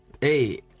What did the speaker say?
hey